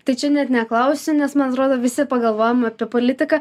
ta čia net neklausiu nes man atrodo visi pagalvojam apie politiką